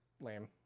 lame